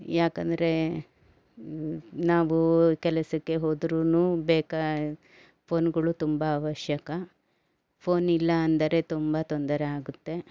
ಯಾಕಂದರೆ ನಾವು ಕೆಲಸಕ್ಕೆ ಹೋದ್ರೂ ಬೇಕಾ ಫೋನ್ಗಳು ತುಂಬ ಅವಶ್ಯಕ ಫೋನಿಲ್ಲ ಅಂದರೆ ತುಂಬ ತೊಂದರೆ ಆಗುತ್ತೆ